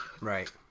Right